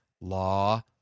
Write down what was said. law